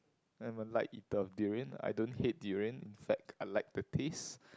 I'm a light eater of durian I don't hate durian but I like the taste